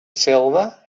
silver